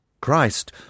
christ